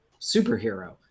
superhero